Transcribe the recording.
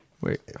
Wait